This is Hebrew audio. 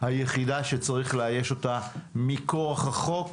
שצריך לאייש אותה מכורח החוק.